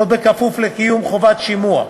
כפוף לקיום חובת שימוע.